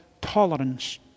tolerance